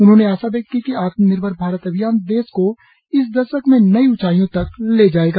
उन्होंने आशा व्यक्त की कि आत्मनिर्भर भारत अभियान देश को इस दशक में नई ऊंचाइयों तक ले जाएगा